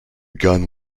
gun